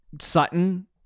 Sutton